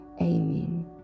Amen